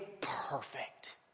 perfect